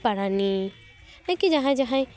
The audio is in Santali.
ᱯᱟᱨᱟᱱᱤᱠ ᱡᱟᱦᱟᱸᱭ ᱡᱟᱦᱟᱸᱭ